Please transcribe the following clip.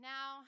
Now